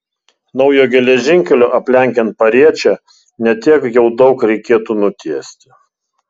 naujo geležinkelio aplenkiant pariečę ne tiek jau daug reikėtų nutiesti